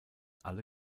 alle